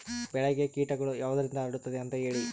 ಬೆಳೆಗೆ ಕೇಟಗಳು ಯಾವುದರಿಂದ ಹರಡುತ್ತದೆ ಅಂತಾ ಹೇಳಿ?